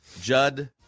Judd